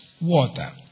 water